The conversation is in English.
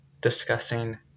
discussing